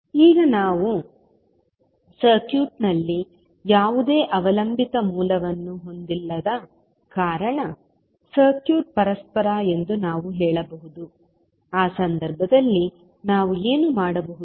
ಈಗ ನಾವು ಸರ್ಕ್ಯೂಟ್ನಲ್ಲಿ ಯಾವುದೇ ಅವಲಂಬಿತ ಮೂಲವನ್ನು ಹೊಂದಿಲ್ಲದ ಕಾರಣ ಸರ್ಕ್ಯೂಟ್ ಪರಸ್ಪರ ಎಂದು ನಾವು ಹೇಳಬಹುದು ಆ ಸಂದರ್ಭದಲ್ಲಿ ನಾವು ಏನು ಮಾಡಬಹುದು